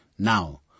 Now